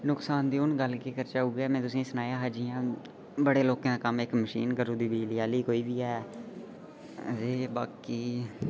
नुक्सान दी होर गल्ल केह् करचै उ'ऐ में हू'न तुसेंईं सनाया हा जियां बड़े लोकें दा कम्म इ मशीन करी ओड़दी कोई बी ऐ ते बाकी